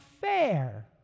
fair